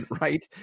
Right